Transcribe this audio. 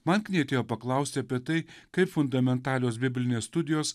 man knietėjo paklausti apie tai kaip fundamentalios biblinės studijos